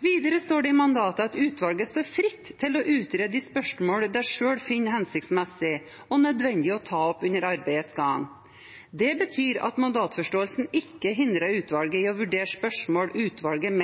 Videre står det i mandatet at utvalget står fritt til å utrede de spørsmålene det selv finner hensiktsmessig og nødvendig å ta opp under arbeidets gang. Det betyr at mandatforståelsen ikke hindrer utvalget i å vurdere spørsmål utvalget